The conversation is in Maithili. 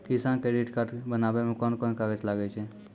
किसान क्रेडिट कार्ड बनाबै मे कोन कोन कागज लागै छै?